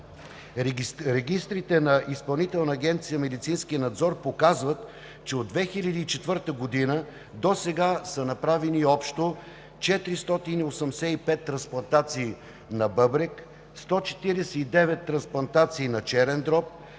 „Медицински надзор“ показват, че от 2004 г. досега са направени общо 485 трансплантации на бъбрек, 149 трансплантации на черен дроб,